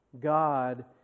God